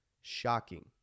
Shocking